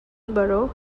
borrow